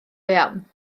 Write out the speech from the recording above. iawn